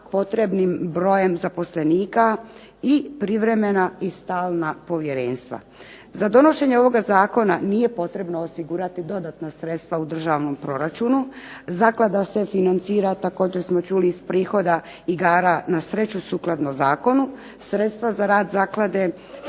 potrebnim brojem zaposlenika i privremena i stalna povjerenstva. Za donošenje ovoga zakona nije potrebno osigurati dodatna sredstva u državnom proračunu. Zaklada se financira, također smo čuli, iz prihoda igara na sreću sukladno zakonu. Sredstva za rad zaklade